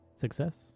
Success